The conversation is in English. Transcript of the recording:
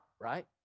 right